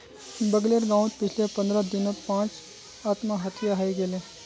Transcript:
बगलेर गांउत पिछले पंद्रह दिनत पांच आत्महत्या हइ गेले